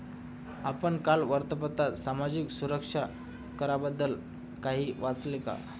आपण काल वृत्तपत्रात सामाजिक सुरक्षा कराबद्दल काही वाचले का?